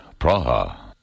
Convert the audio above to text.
Praha